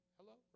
Hello